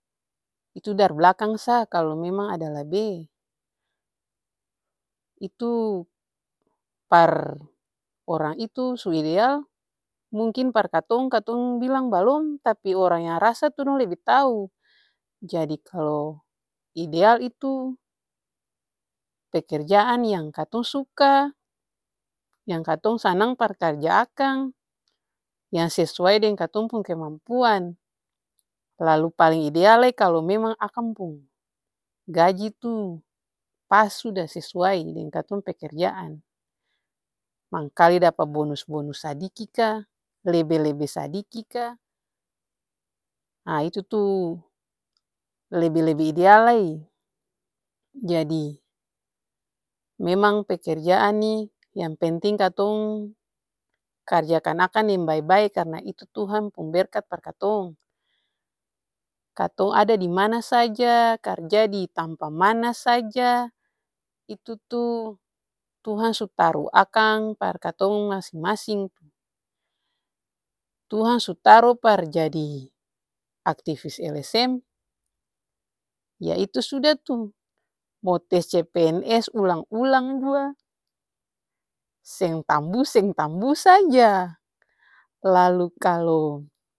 Itu dari blakang sa kalu memang ada labe, itu par orang itu su ideal mungkin par katong, katong bilang balom tapi orang yang ras atuh dong lebe tau jadi kalu ideal itu pekerjaan yang katong suka, yang katong sanang par karja akang, yang sesuai deng katong pung kemampuan. Lalu paleng ideal lai kalu memang akang pung gaji tuh pas sudah sesuai deng katong pekerjaan, mangkali dapa bonus-bonus sadiki ka, lebe-lebe sadiki ka nah itu-tuh lebe-lebe ideal lai. Jadi memang pekerjaan nih yang penting katong karjakan akang deng bae-bae karna itu tuhan pung berkat par katong. Katong ada dimana saja, karja ditampa mana saja, itu-tuh tuhan su taru akang par katong masing-masing. Tuhan su taru par jadi aktivis lsm yah itu suda tuh mo tes cpns ulang-ulang jua seng tambus seng tambus saja. Lalu kalu.